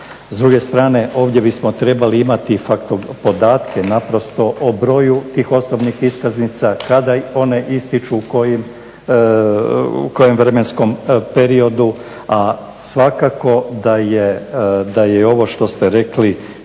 S druge strane ovdje bismo trebali imati podatke naprosto o broju tih osobnih iskaznica, kada one ističu u kojem vremenskom periodu, a svakako da je ovo što ste rekli